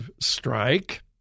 strike